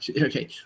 okay